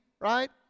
right